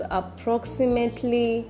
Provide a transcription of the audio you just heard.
approximately